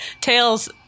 Tails